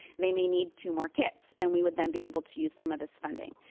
they may need two more kits and we would then be able to use some of this funding.